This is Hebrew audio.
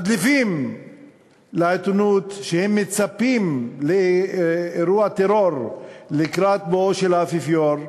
מדליפים לעיתונות שהם מצפים לאירוע טרור לקראת בואו של האפיפיור,